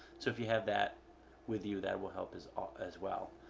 so, if you have that with you, that will help as ah as well.